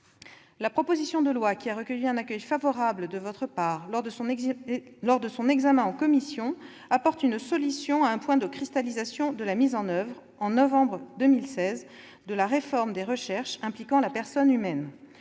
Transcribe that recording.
La proposition de loi, qui a recueilli un accueil favorable de votre part lors de son examen en commission, apporte une solution à un point de cristallisation de la mise en oeuvre, en novembre 2016, de la réforme des recherches impliquant la personne humaine